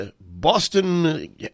Boston